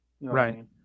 right